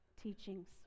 teachings